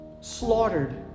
slaughtered